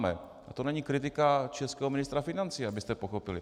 A to není kritika českého ministra financí, abyste pochopili.